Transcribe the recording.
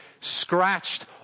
scratched